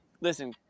listen